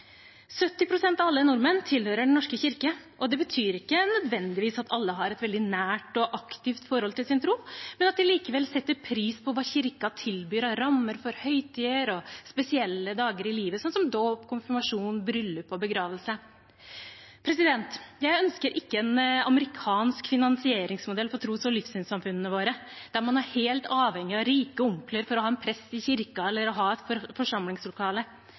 av alle nordmenn tilhører Den norske kirke. Det betyr ikke nødvendigvis at alle har et veldig nært og aktivt forhold til sin tro, men at de likevel setter pris på hva Kirken tilbyr av rammer for høytider og spesielle dager i livet, slik som dåp, konfirmasjon, bryllup og begravelser. Jeg ønsker ikke en amerikansk finansieringsmodell for tros- og livssynssamfunnene våre, der man er helt avhengig av rike onkler for å ha en prest i kirken eller å ha et forsamlingslokale.